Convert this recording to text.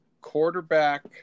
Quarterback